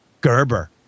Gerber